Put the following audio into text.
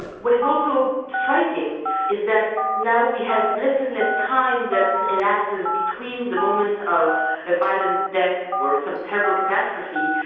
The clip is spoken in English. what is also striking is that now we have less and less time that elapses between the moment of ah violent death or some terrible catastrophe,